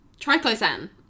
Triclosan